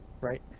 right